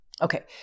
okay